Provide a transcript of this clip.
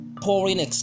Pouring